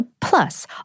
Plus